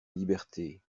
liberté